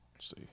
see